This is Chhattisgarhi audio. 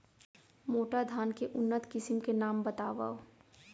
मोटा धान के उन्नत किसिम के नाम बतावव?